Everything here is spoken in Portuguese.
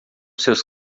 seus